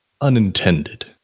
unintended